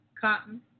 Cotton